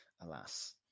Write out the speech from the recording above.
alas